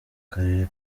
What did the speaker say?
karere